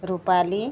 Rupali